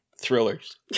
Thrillers